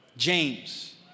James